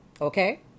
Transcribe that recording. okay